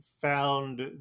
found